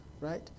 right